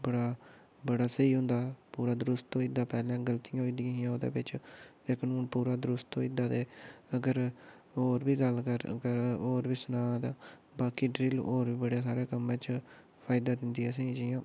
अ बड़ा स्हेई होंदा पूरा दरुस्त होई जंदा पैह्लें गलतियां होई दियां ओह्दे बिच लेकिन हून पूरा दरुस्त होई दा अगर होर बी गल्ल करो होर बी सनांऽ ते बाकी ड्रिल होर बड़े सारे कम्मै च फायदा दिंदी असें ई जि'यां